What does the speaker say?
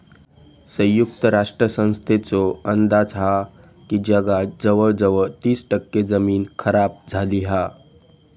संयुक्त राष्ट्र संस्थेचो अंदाज हा की जगात जवळजवळ तीस टक्के जमीन खराब झाली हा